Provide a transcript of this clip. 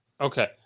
Okay